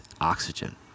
oxygen